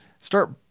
start